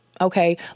Okay